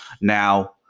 Now